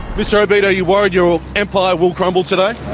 mr obeid, are you worried your empire will crumble today?